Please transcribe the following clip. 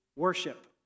worship